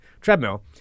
treadmill